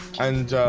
and